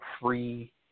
free